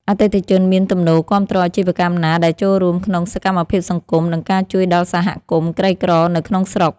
អតិថិជនមានទំនោរគាំទ្រអាជីវកម្មណាដែលចូលរួមក្នុងសកម្មភាពសង្គម និងការជួយដល់សហគមន៍ក្រីក្រនៅក្នុងស្រុក។